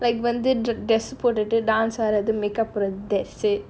like வந்து:vanthu dress போடுறது:podurathu dance ஆடுறது:aadurathu makeup போடுறது:podurathu they say